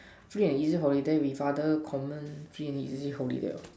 free and easily holiday with father common free and easy holiday lor